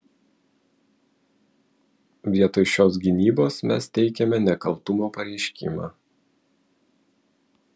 vietoj šios gynybos mes teikiame nekaltumo pareiškimą